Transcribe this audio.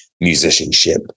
musicianship